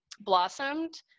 blossomed